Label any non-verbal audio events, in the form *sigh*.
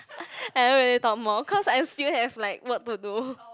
*breath* I don't really talk more cause I still have like work to do